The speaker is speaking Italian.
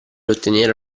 ottenere